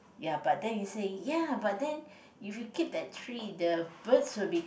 ya but then he say ya but then if you keep that tree the birds will be